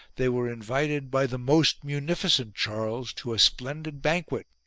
they were invited by the most munificent charles to a splendid banquet,